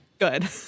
good